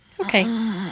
Okay